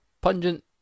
Pungent